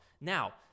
now